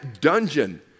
dungeon